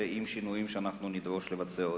עם שינויים שנדרוש לבצע.